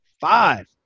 five